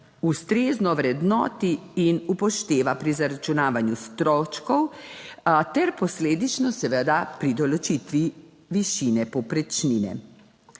ustrezno ovrednoti in upošteva pri zaračunavanju stroškov ter posledično seveda pri določitvi višine povprečnine.